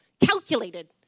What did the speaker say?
calculated